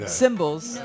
symbols